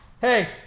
hey